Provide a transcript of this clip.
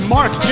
Mark